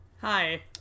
Hi